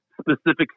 specific